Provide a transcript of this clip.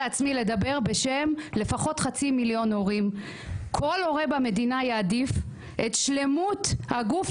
כל הורה במדינה יעדיף את שלמות הגוף